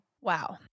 Wow